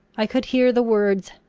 i could hear the words,